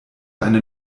eine